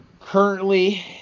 Currently